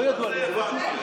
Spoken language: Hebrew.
לא ידוע לי, זו לא תשובה.